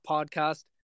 Podcast